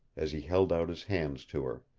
as he held out his hands to her.